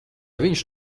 viņš